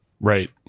Right